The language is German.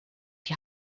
die